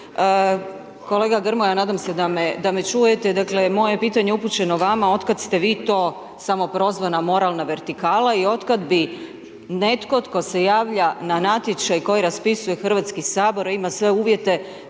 Kolega Grmoja, nadam se da me čujete, dakle moje pitanje upućeno vama, otkad ste vi to samoprozvana moralna vertikala i otkad bi netko tko se javlja na natječaj koji raspisuje Hrvatski sabor a ima sve uvjete,